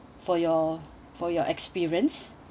for your for your experience